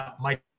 Mike